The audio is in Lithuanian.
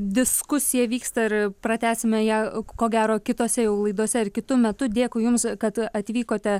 diskusija vyksta ir pratęsime ją ko gero kitose jau laidose ir kitu metu dėkui jums kad atvykote